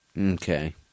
Okay